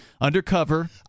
undercover